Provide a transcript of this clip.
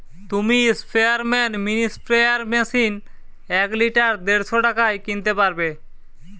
তুমি স্পেয়ারম্যান mini sprayer machine এক লিটার দেড়শ টাকায় কিনতে পারবে